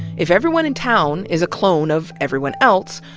if everyone in town is a clone of everyone else,